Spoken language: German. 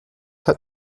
hat